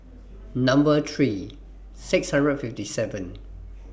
Number three six hundred and fifty seven